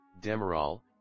Demerol